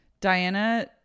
Diana